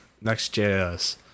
Next.js